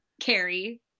carrie